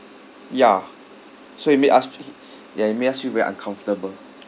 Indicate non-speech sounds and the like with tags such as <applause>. ya so it made us <noise> ya it made us feel very uncomfortable